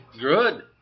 Good